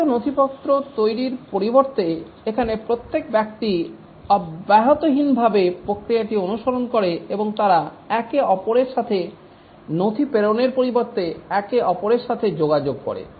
বিস্তৃত নথিপত্র তৈরির পরিবর্তে এখানে প্রত্যেক ব্যাক্তি অব্যাহতিহীনভাবে প্রক্রিয়াটি অনুসরণ করে এবং তারা একে অপরের সাথে নথি প্রেরণের পরিবর্তে একে অপরের সাথে যোগাযোগ করে